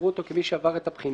יראו אותו כמי שעבר את הבחינה."